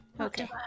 Okay